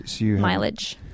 mileage